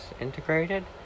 integrated